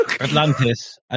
Atlantis